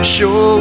Show